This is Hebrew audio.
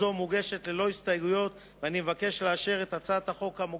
להציג את הצעת החוק.